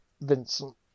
Vincent